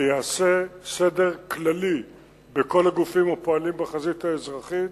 יעשה סדר כללי בכל הגופים הפועלים בחזית האזרחית,